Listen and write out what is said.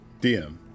DM